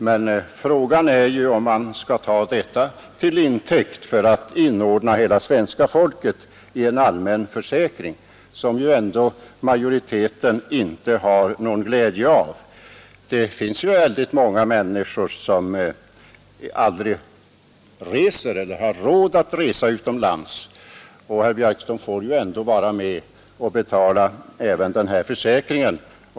Men frågan är om man skall ta detta till intäkt för att inordna hela svenska folket i en allmän försäkring, vilket ju ändå majoriteten inte har någon glädje av. Det finns ju väldigt många människor som aldrig reser — eller har råd att resa — utomlands. Och, herr Björck, de får ju ändå vara med och betala även den här försäkringen.